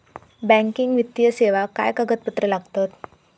Banking वित्तीय सेवाक काय कागदपत्र लागतत?